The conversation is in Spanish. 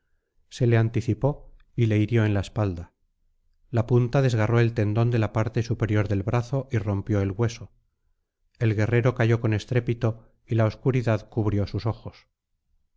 se le antici pó y le hirió en la espalda la punta desgarró el tendón de la parte superior del brazo y rompió el hueso el guerrero cayó con estrépito y la obscuridad cubrió sus ojos